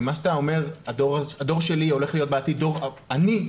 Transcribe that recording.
הדור שלי יהיה דור עני בעתיד,